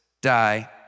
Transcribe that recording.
die